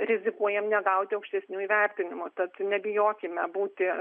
rizikuojam negauti aukštesnių įvertinimų tad nebijokime būti